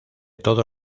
todo